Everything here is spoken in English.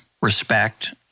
respect